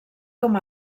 com